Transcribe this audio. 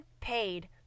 paid